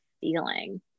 feeling